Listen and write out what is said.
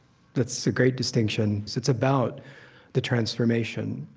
that's a great distinction. it's about the transformation.